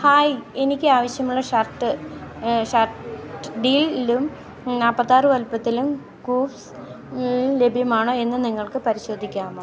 hi എനിക്ക് ആവശ്യമുള്ള shirt shirt ഡീലും നാൽപ്പത്തി ആറ് വലുപ്പത്തിലും കൂവ്സ്ൽ ലഭ്യമാണോ എന്ന് നിങ്ങൾക്ക് പരിശോധിക്കാമോ